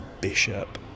bishop